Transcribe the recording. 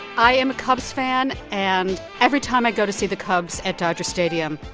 i am a cubs fan. and every time i go to see the cubs at dodger stadium,